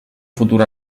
futur